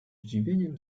zdziwieniem